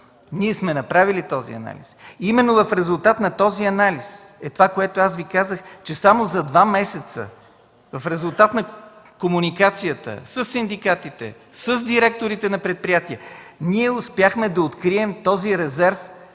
ние сме направили този анализ. Именно в резултат на този анализ е това, което аз Ви казах, че само за два месеца, в резултат на комуникацията със синдикатите, с директорите на предприятия ние успяхме да открием този резерв